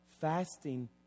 Fasting